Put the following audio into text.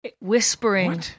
whispering